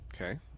Okay